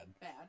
Bad